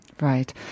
Right